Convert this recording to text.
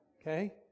Okay